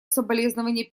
соболезнование